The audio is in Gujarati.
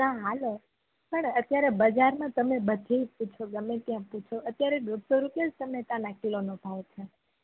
તા હાલે પણ અત્યારે બજારમાં તમે બધેય પૂછો ગમે ત્યાં પૂછો અત્યારે દોઢસો રૂપિયા જ ટમેટાના કિલોનો ભાવ છે